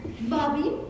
Bobby